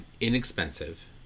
inexpensive